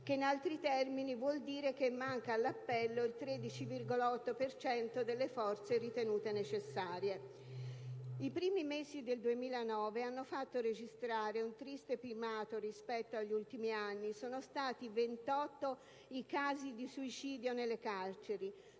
che in altri termini vuol dire che manca all'appello il 13,8 per cento delle forze ritenute necessarie. I primi mesi del 2009 hanno fatto registrare un triste primato rispetto agli ultimi anni: sono stati 28 i casi di suicidio nelle carceri;